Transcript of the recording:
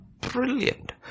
brilliant